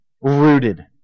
rooted